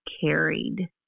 carried